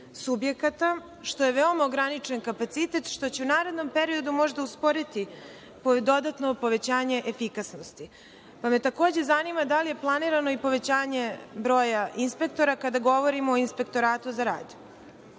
subjekata, što je veoma ograničen kapacitet, što će u narednom periodu možda usporiti dodatno povećanje efikasnosti. Takođe me zanima da li je planirano i povećanje broja inspektora, kada govorimo o Inspektoratu za rad. Moje